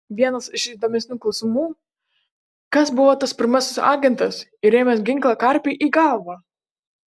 vienas iš įdomesnių klausimų kas buvo tas pirmasis agentas įrėmęs ginklą karpiui į galvą